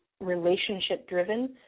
relationship-driven